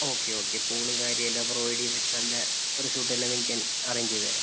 okay okay പൂളും കാര്യവും എല്ലാം പ്രോവൈഡ് ചെയ്യുന്ന നല്ല റിസോർട്ട് തന്നെ നിങ്ങൾക്ക് ഞാൻ അറേഞ്ച് ചെയ്തുതരാം